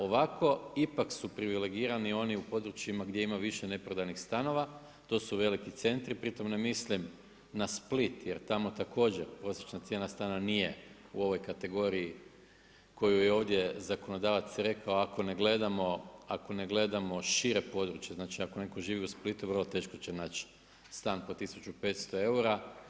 Ovako ipak su privilegirani on i u područjima gdje ima više neprodanih stanova, to su veliki centri, pritom ne mislim na Split jer tamo također prosječna cijena stana nije u ovoj kategoriji koju je ovdje zakonodavac rekao, ako ne gledamo šire područje, znači ako netko živi u Splitu, vrlo teško će naći stan po 1500 eura.